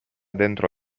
dentro